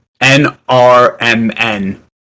n-r-m-n